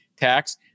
tax